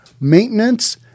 maintenance